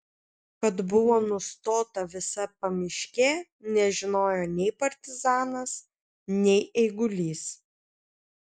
kad buvo nustota visa pamiškė nežinojo nei partizanas nei eigulys